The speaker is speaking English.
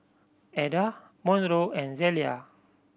Adda Monroe and Zelia